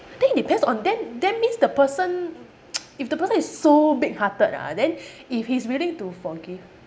then it depends on then that means the person if the person is so big-hearted ah then if he's willing to forgive